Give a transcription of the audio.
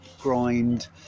grind